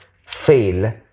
fail